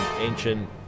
ancient